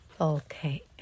Okay